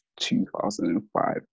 2005